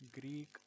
greek